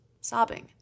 sobbing